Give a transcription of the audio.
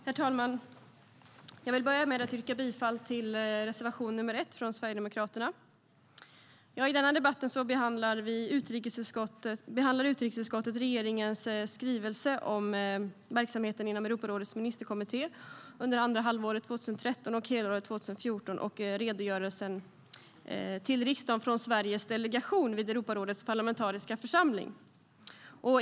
Herr talman! Jag vill börja med att yrka bifall till reservation 1 från Sverigedemokraterna. I denna debatt behandlar utrikesutskottet regeringens skrivelse om verksamheten inom Europarådets ministerkommitté under andra halvåret 2013 och helåret 2014 samt redogörelsen till riksdagen från Sveriges delegation vid Europarådets parlamentariska församling.